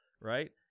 right